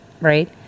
right